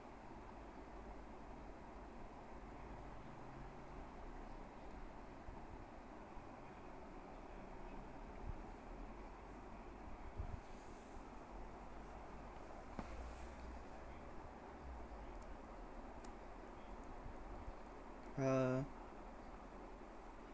uh